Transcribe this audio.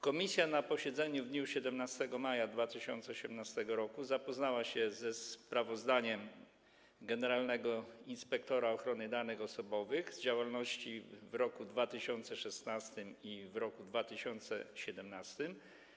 Komisja na posiedzeniu w dniu 17 maja 2018 r. zapoznała się że sprawozdaniem generalnego inspektora ochrony danych osobowych z działalności w roku 2016 i w roku 2017.